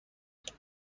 کاری